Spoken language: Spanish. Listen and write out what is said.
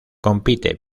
compite